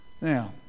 Now